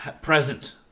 Present